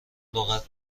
لغت